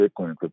Bitcoin